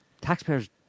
taxpayers